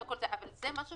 תכף